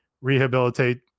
rehabilitate